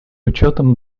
учетом